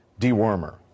dewormer